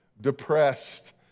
depressed